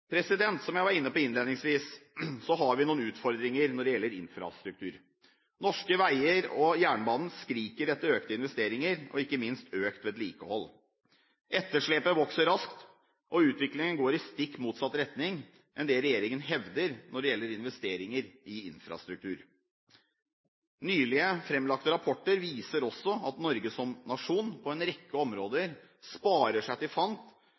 Som jeg var inne på innledningsvis, har vi noen utfordringer når det gjelder infrastruktur. Norske veier og jernbanen skriker etter økte investeringer og ikke minst økt vedlikehold. Etterslepet vokser raskt, og utviklingen går i stikk motsatt retning av det regjeringen hevder når det gjelder investeringer i infrastruktur. Nylig framlagte rapporter viser også at Norge som nasjon på en rekke områder sparer seg til fant